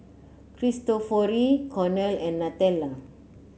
Cristofori Cornell and Nutella